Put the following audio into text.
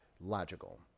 logical